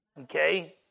okay